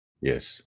Yes